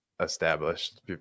established